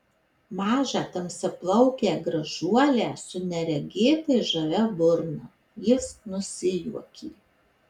mažą tamsiaplaukę gražuolę su neregėtai žavia burna jis nusijuokė